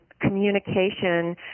communication